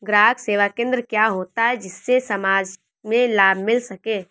ग्राहक सेवा केंद्र क्या होता है जिससे समाज में लाभ मिल सके?